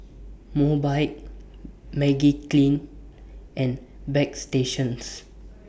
Mobike Magiclean and Bagstationz